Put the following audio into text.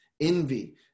envy